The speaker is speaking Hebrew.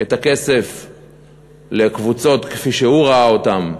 את הכסף לקבוצות, כפי שהוא ראה אותן,